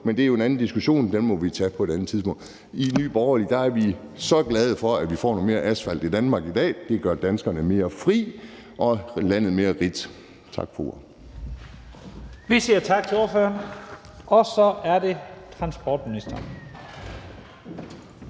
Men det er jo en anden diskussion, og den må vi tage på et andet tidspunkt. I Nye Borgerlige er vi så glade for, at vi får noget mere asfalt i Danmark i dag. Det gør danskerne mere frie og landet mere rigt. Tak for ordet. Kl. 11:41 Første næstformand (Leif